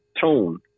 tone